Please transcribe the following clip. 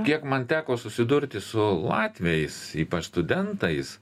kiek man teko susidurti su latviais ypač studentais